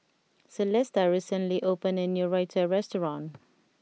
Celesta recently opened a new Raita restaurant